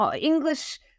English